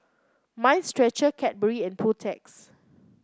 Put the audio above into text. Mind Stretcher Cadbury and Protex